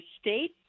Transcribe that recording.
state